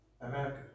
America